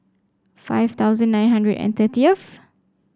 five thousand nine hundred and thirtieth